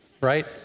right